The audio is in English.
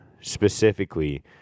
specifically